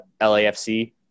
LAFC